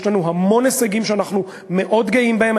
יש לנו המון הישגים שאנחנו מאוד גאים בהם.